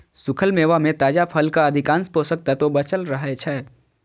सूखल मेवा मे ताजा फलक अधिकांश पोषक तत्व बांचल रहै छै